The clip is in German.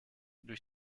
durch